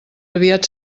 aviat